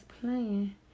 playing